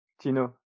Tino